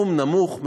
סכום נמוך,